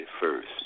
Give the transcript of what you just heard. first